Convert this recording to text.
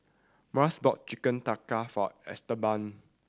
Myles bought Chicken Tikka for Esteban